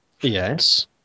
Yes